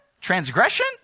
Transgression